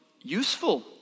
useful